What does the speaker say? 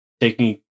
taking